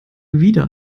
wieder